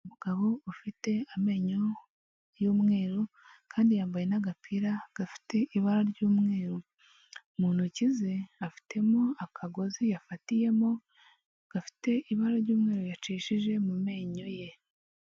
Umugabo ufite amenyo y'umweru kandi yambaye n'agapira gafite ibara ry'umweru, mu ntoki ze afitemo akagozi yafatiyemo gafite ibara ry'umweru yacishije mu menyo ye.